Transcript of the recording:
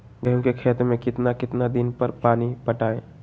गेंहू के खेत मे कितना कितना दिन पर पानी पटाये?